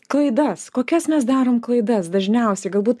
klaidas kokias mes darom klaidas dažniausiai galbūt